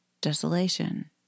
desolation